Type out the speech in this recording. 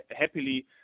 happily